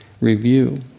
review